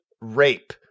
rape